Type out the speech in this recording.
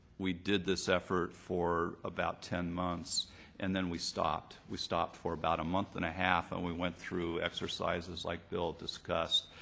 we did this effort for about ten months and then we stopped. we stopped for about a month and a half and we went through exercises like bill discussed.